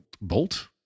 bolt